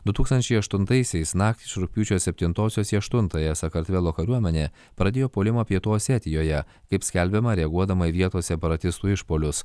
du tūkstančiai aštuntaisiais naktį su rugpjūčio septyntosios į aštuntąją sakartvelo kariuomenė pradėjo puolimą pietų osetijoje kaip skelbiama reaguodama į vietos separatistų išpuolius